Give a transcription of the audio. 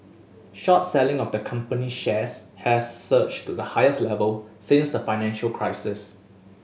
short selling of the company's shares has surged to the highest level since the financial crisis